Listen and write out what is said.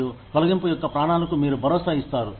మరియు తొలగింపు యొక్క ప్రాణాలకు మీరు భరోసా ఇస్తారు